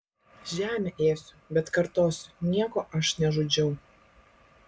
žemę ėsiu bet kartosiu nieko aš nežudžiau